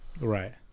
right